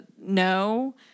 no